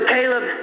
Caleb